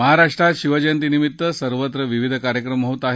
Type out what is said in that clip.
महाराष्ट्रात शिवजयंतीनिमित्त सर्वत्र विविध कार्यक्रम होत आहेत